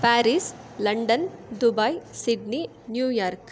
Paris London Dubai Sydney New York